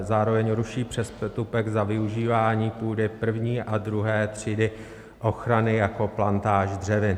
Zároveň ruší přestupek za využívání půdy první a druhé třídy ochrany jako plantáž dřevin.